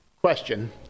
question